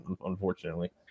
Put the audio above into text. unfortunately